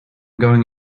going